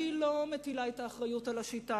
אני לא מטילה את האחריות על השיטה,